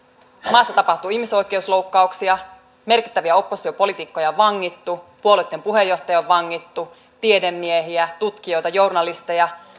maassa tapahtuu ihmisoikeusloukkauksia merkittäviä oppositiopoliitikkoja on vangittu puolueitten puheenjohtajia on vangittu tiedemiehiä tutkijoita journalisteja